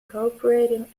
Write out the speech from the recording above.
cooperative